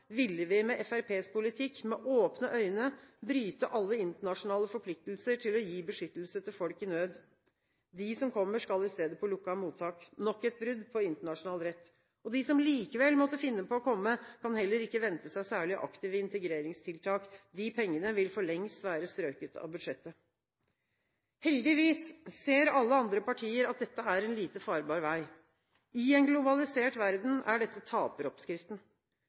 ville vi med Fremskrittspartiets politikk med åpne øyne bryte alle internasjonale forpliktelser til å gi beskyttelse til folk i nød. De som kommer, skal i stedet på lukkede mottak – nok et brudd på internasjonal rett – og de som likevel måtte finne på å komme, kan heller ikke vente seg særlig aktive integreringstiltak. De pengene vil for lengst være strøket fra budsjettet. Heldigvis ser alle andre partier at dette er en lite farbar vei. I en globalisert verden er dette